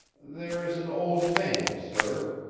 there is an old man, sir,